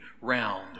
round